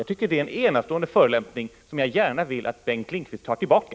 Jag tycker att det är en enastående förolämpning, som jag gärna skulle se att Bengt Lindqvist tar tillbaka.